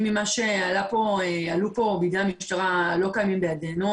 ממה שעלו פה בידי המשטרה לא קיימים בידינו.